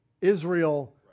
Israel